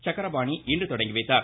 சக்கரபாணி இன்று தொடங்கி வைத்தார்